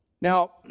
Now